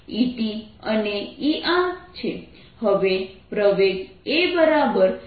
આ Et E tangential અને Er E radial છે